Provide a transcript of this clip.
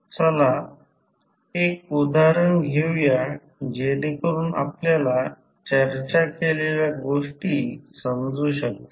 चला एक उदाहरण घेऊया जेणेकरुन आपल्याला चर्चा केलेल्या गोष्टी समजू शकतील